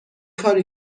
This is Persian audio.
کاری